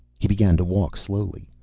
he began to walk slowly.